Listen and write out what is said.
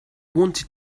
wanted